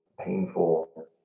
painful